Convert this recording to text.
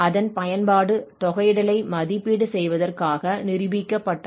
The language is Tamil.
அதன் பயன்பாடு தொகையிடலை மதிப்பீடு செய்வதற்காக நிரூபிக்கப்பட்டது